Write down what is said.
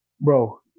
Bro